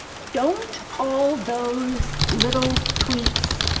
don't all those little tweets,